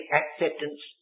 acceptance